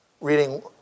reading